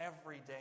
everyday